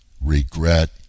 regret